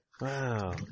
Wow